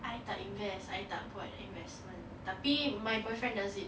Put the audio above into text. I tak invest I tak buat investment tapi my boyfriend does it